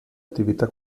attività